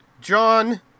John